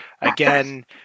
again